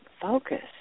focus